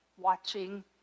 watching